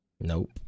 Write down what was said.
Nope